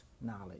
knowledge